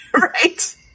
right